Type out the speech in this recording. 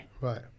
Right